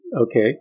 okay